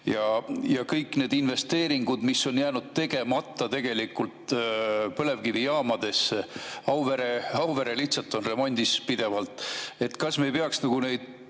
ja kõik need investeeringud, mis on jäänud tegemata tegelikult põlevkivijaamadesse, Auvere on lihtsalt remondis pidevalt. Kas me ei peaks neid